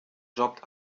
jobbt